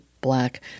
black